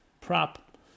prop